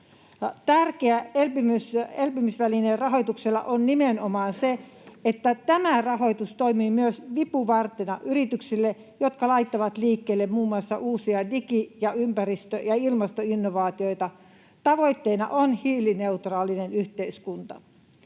Tärkeää elpymisvälineen rahoitukselle on nimenomaan se, että tämä rahoitus toimii myös vipuvartena yrityksille, jotka laittavat liikkeelle muun muassa uusia digi-, ympäristö- ja ilmastoinnovaatioita. Tavoitteena on hiilineutraali yhteiskunta.